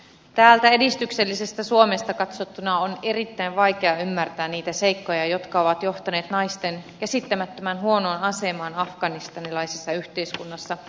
täältä edistyksellisestä suomesta katsottuna on erittäin vaikea ymmärtää niitä seikkoja jotka ovat johtaneet naisten käsittämättömän huonoon asemaan afganistanilaisessa yhteiskunnassa